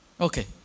Okay